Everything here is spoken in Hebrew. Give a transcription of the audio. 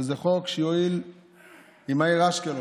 שזה חוק שיועיל לעיר אשקלון,